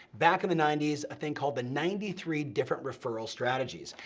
back in the ninety s, a thing called the ninety three different referral strategies.